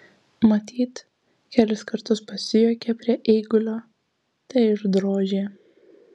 matyt kelis kartus pasijuokė prie eigulio tai ir drožė